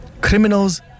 Criminals